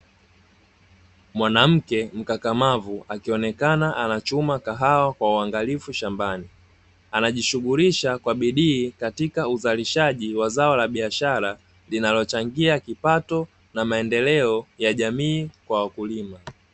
Mwanamke mkakamavu akionekana anachuma kahawa kwa uangalifu shambani. Anajishughulisha kwa bidii katika uzalishaji wa zao la biashara, linalochangia kipato na maendeleo ya jamii kwa wakulima.